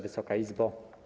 Wysoka Izbo!